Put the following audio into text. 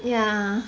yeah